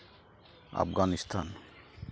Afghanistan